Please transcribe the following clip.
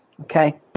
okay